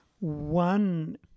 one